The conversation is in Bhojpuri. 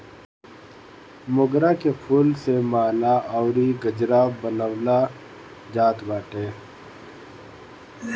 मोगरा के फूल से माला अउरी गजरा बनावल जात बाटे